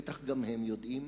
בטח גם הם יודעים,